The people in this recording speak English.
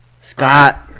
Scott